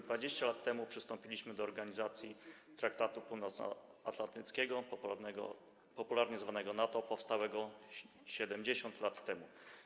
20 lat temu przystąpiliśmy do Organizacji Traktatu Północnoatlantyckiego, popularnie zwanej NATO, powstałej 70 lat temu.